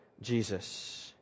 Jesus